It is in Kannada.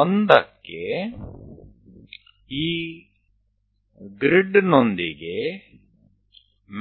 1 ಕ್ಕೆ ಈ ಗ್ರಿಡ್ ನೊಂದಿಗೆ